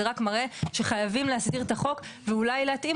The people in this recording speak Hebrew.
זה רק מראה שחייבים להסדיר את החוק ואולי להתאים